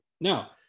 Now